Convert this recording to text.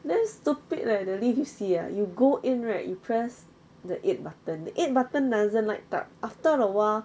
that's stupid leh the lift you see you go in right you press the eight button the eight button doesn't light up after a while